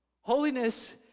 Holiness